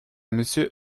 monsieur